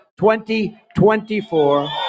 2024